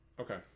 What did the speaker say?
Okay